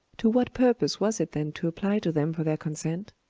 to what purpose was it then to apply to them for their consent?